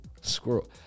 squirrel